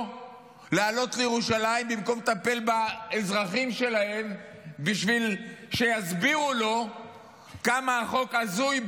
לעלות לירושלים במקום לטפל באזרחים שלהם בשביל שיסבירו לו כמה החוק הזוי,